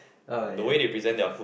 uh different